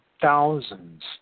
thousands